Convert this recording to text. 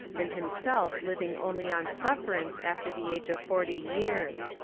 and himself living only on sufferance after the age of forty years.